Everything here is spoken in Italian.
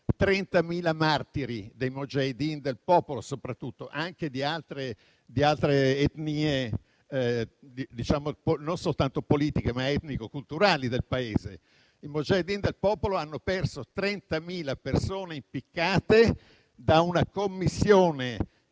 30.000 martiri dei *mujaheddin*, del popolo soprattutto, anche di altre etnie, non soltanto politiche, ma etnico-culturali del Paese. I *mujaheddin* del popolo hanno perso 30.000 persone impiccate da una commissione